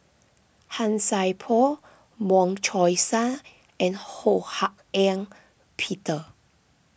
Han Sai Por Wong Chong Sai and Ho Hak Ean Peter